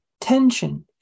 tension